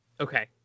Okay